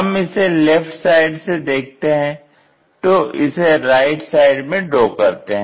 हम इसे left side से देखते हैं तो इसे राइट साइड में ड्रॉ करते हैं